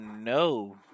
no